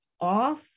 off